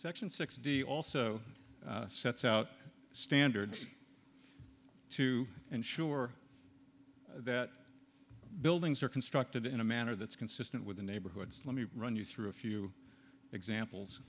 section sixty also sets out standards to ensure that buildings are constructed in a manner that's consistent with the neighborhoods let me run you through a few examples